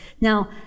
Now